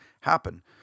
happen